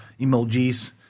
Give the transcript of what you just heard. emojis